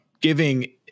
giving